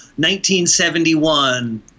1971